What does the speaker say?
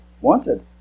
wanted